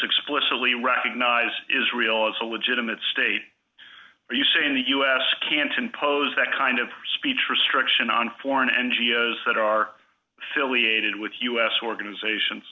explicitly recognize israel as a legitimate state are you saying the u s can't impose that kind of speech restriction on foreign n g o s that are ciliated with u s organizations